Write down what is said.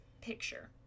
picture